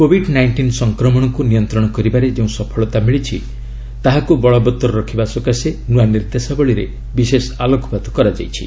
Covid nineteen ସଂକ୍ରମଣକୁ ନିୟନ୍ତ୍ରଣ କରିବାରେ ଯେଉଁ ସଫଳତା ମିଳିଛି ତାହାକୁ ବଳବତ୍ତର ରଖିବା ସକାଶେ ନୂଆ ନିର୍ଦ୍ଦେଶାବଳୀରେ ବିଶେଷ ଆଲୋକପାତ କରାଯାଇଛି